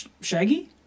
Shaggy